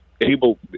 able